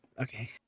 okay